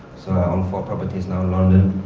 so i own four properties now in london.